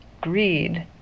greed